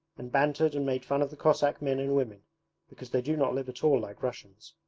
and bantered and made fun of the cossack men and women because they do not live at all like russians.